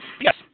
yes